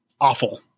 awful